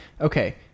okay